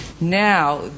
Now